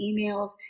emails